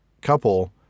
couple